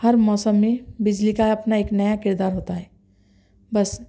ہر موسم میں بجلی کا اپنا ایک نیا کردار ہوتا ہے بس